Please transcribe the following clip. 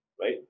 right